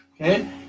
Okay